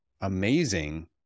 amazing